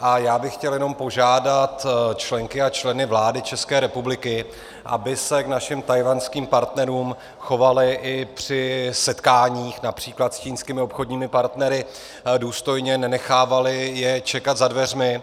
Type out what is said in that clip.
A chtěl bych jenom požádat členky a členy vlády České republiky, aby se k našim tchajwanským partnerům chovali i při setkáních například s čínskými obchodními partnery důstojně, nenechávali je čekat za dveřmi.